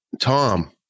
Tom